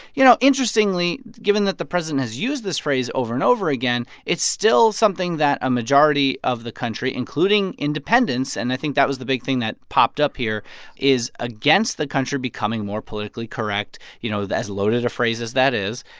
you know, interestingly, given that the president has used this phrase over and over again, it's still something that a majority of the country, including independents and i think that was the big thing that popped up here is against the country becoming more politically correct, you know, as loaded a phrase as that is.